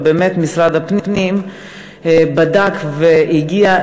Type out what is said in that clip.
ובאמת משרד הפנים בדק והגיע,